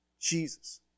Jesus